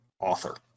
author